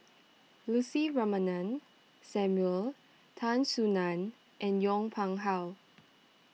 Lucy Ratnammah Samuel Tan Soo Nan and Yong Pung How